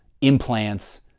implants